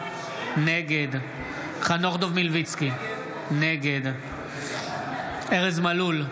נגד חנוך דב מלביצקי, נגד ארז מלול,